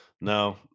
No